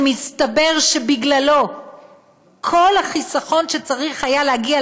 שמסתבר שבגללו כל החיסכון שצריך היה להגיע